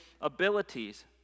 abilities